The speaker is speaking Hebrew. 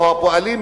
או הפועלים,